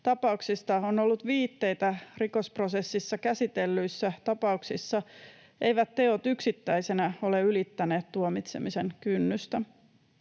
tapauksista on ollut viitteitä rikosprosessissa käsitellyissä tapauksissa, eivät teot yksittäisinä ole ylittäneet tuomitsemisen kynnystä.